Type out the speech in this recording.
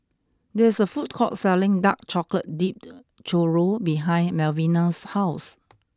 there is a food court selling Dark Chocolate Dipped Churro behind Malvina's house